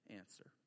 answer